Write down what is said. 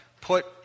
put